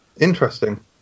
Interesting